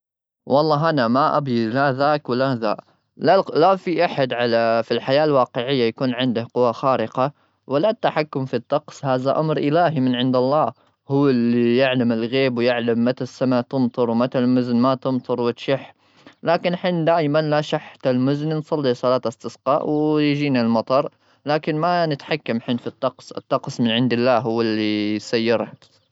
والله، أنا ما أبي لا ذاك ولا ذا. لا-لا في أحد على-في الحياة الواقعية يكون عنده قوى خارقة؟ ولا التحكم في الطقس؟ هذا أمر إلهي من عند الله، هو اللي يعلم الغيب ويعلم متى السماء تمطر ومتى ما تمطر وتشح. لكن حنا دائما، لا شحت المزن، نصلي صلاة استسقاء ويجينا المطر. لكن ما نتحكم حين في الطقس. الطقس من عند الله، هو اللي سيره.